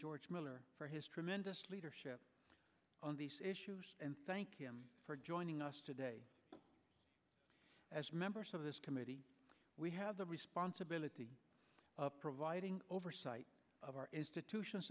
george miller for his tremendous leadership on these issues and thank you for joining us today as members of this committee we have the responsibility of providing oversight of our institutions